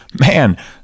Man